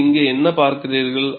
நீங்கள் இங்கே என்ன பார்க்கிறீர்கள்